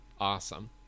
awesome